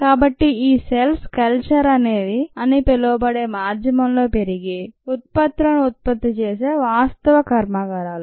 కాబట్టి ఈ cells culture అని అని పిలువబడే మాధ్యమంలో పెరిగి ఉత్పత్తులని ఉత్పత్తి చేసే వాస్తవ కర్మాగారాలు